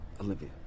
Olivia